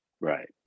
Right